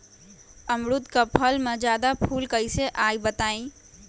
अमरुद क फल म जादा फूल कईसे आई बताई?